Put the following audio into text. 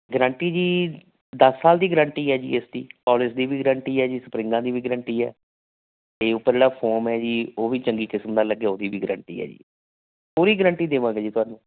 guarantee ਜੀ ਦਸ ਸਾਲ ਦੀ ਗਰੰਟੀ ਹੈ ਜੀ ਇਸ ਦੀ ਪੋਲਿਸ਼ ਦੀ ਵੀ ਗਰੰਟੀ ਹੈ ਜੀ ਸਪਰਿੰਗਾਂ ਦੀ ਵੀ ਗਰੰਟੀ ਹੈ ਅਤੇ ਉਪਰਲਾ ਫੋਮ ਹੈ ਜੀ ਉਹ ਵੀ ਚੰਗੀ ਕਿਸਮ ਦਾ ਲੱਗਿਆ ਉਹਦੀ ਵੀ ਗਰੰਟੀ ਹੈ ਜੀ ਪੂਰੀ ਗਰੰਟੀ ਦੇਵਾਂਗੇ ਜੀ ਤੁਹਾਨੂੰ